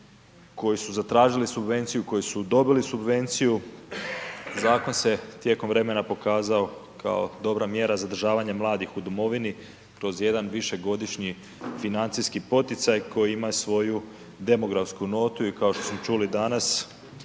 koji su zatražili subvenciju, koji su dobili subvenciju. Zakon se tijekom vremena pokazao kao dobra mjera zadržavanja mladih u domovini, kroz jedan višegodišnji financijski poticaj koji ima svoju demografsku notu i kao što smo čuli danas,